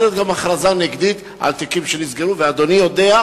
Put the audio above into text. אדוני השר,